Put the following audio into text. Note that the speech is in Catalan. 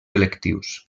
electius